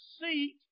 seat